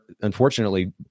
unfortunately